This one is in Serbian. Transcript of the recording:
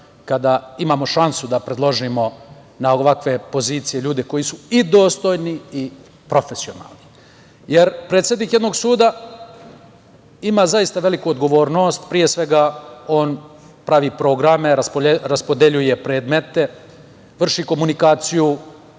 kada imamo šansu da predložimo na ovakve pozicije ljude koji su i dostojni i profesionalni. Jer, predsednik jednog suda ima zaista veliku odgovornost. Pre svega, on pravi programe, raspodeljuje predmete, vrši komunikaciju